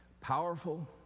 powerful